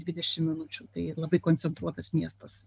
dvidešim minučių tai labai koncentruotas miestas